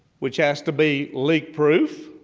which has to be leak proof,